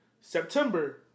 September